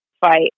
fight